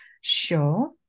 show